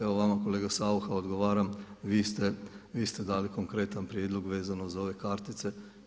Evo vama kolega Saucha odgovaram, vi ste dali konkretan prijedlog vezano za ove kartice.